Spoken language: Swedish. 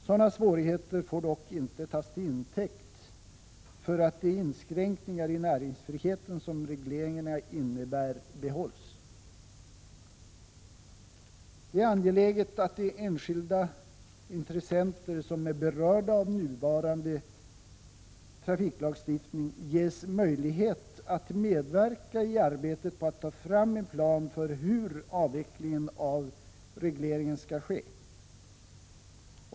Sådana svårigheter får dock inte tas till intäkt för att de inskränkningar i näringsfriheten som regleringarna innebär behålls. Det är angeläget att de enskilda intressenter som är berörda av nuvarande trafiklagstiftning ges möjlighet att medverka i arbetet på att ta fram en plan för hur avvecklingen av regleringen skall ske.